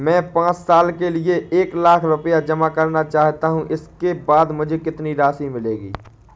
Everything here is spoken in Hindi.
मैं पाँच साल के लिए एक लाख रूपए जमा करना चाहता हूँ इसके बाद मुझे कितनी राशि मिलेगी?